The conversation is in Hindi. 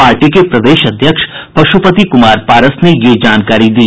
पार्टी के प्रदेश अध्यक्ष पश्पति कुमार पारस ने यह जानकारी दी